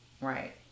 Right